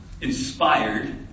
inspired